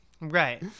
Right